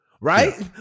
Right